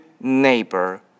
neighbor